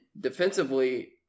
defensively